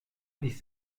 dix